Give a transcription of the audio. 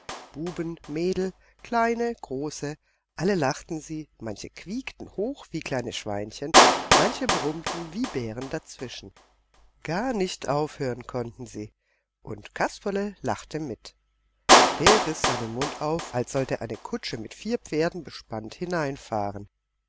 buben mädel kleine große alle lachten sie manche quiekten hoch wie kleine schweinchen manche brummten wie bären dazwischen gar nicht aufhören konnten sie und kasperle lachte mit der riß seinen mund auf als sollte eine kutsche mit vier pferden bespannt hineinfahren